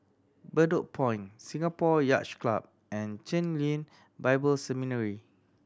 Bedok Point Singapore Yacht Club and Chen Lien Bible Seminary